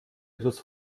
etwas